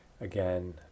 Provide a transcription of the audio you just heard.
again